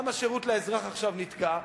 גם השירות לאזרח עכשיו נתקע,